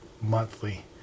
monthly